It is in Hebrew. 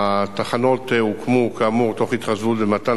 התחנות מוקמו כאמור תוך התחשבות במתן